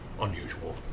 unusual